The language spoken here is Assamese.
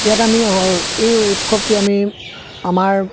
ইয়াত আমি এই উৎসৱটোৱে আমি আমাৰ